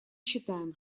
считаем